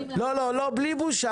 לא, בלי בושה.